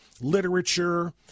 literature